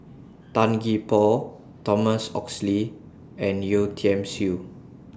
Tan Gee Paw Thomas Oxley and Yeo Tiam Siew